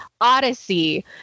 Odyssey